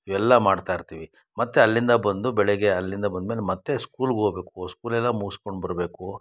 ಇವೆಲ್ಲ ಮಾಡ್ತಾ ಇರ್ತೀವಿ ಮತ್ತು ಅಲ್ಲಿಂದ ಬಂದು ಬೆಳಿಗ್ಗೆ ಅಲ್ಲಿಂದ ಬಂದ ಮೇಲೆ ಮತ್ತೆ ಸ್ಕೂಲ್ಗೆ ಹೋಬೇಕು ಸ್ಕೂಲೆಲ್ಲ ಮುಗ್ಸ್ಕೊಂಡು ಬರಬೇಕು